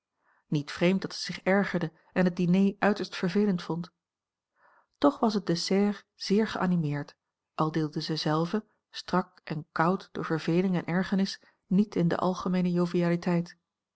niet vreemd dat zij zich ergerde en het diner uiterst vervelend vond toch was het dessert zeer geanimeerd al deelde zij zelve strak en koud door verveling en ergernis niet in de algemeene